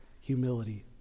Humility